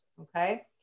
Okay